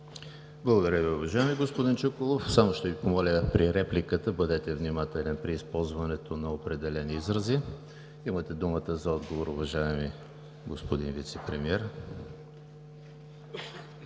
Благодаря Ви, уважаеми господин Чуколов. Само ще Ви помоля: при репликата бъдете внимателен при използването на определени изрази. Имате думата за отговор, уважаеми господин Вицепремиер.